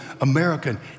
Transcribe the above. American